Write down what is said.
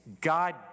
God